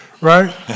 right